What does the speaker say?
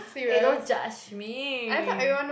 eh don't judge me